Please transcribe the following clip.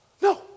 no